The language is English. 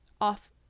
off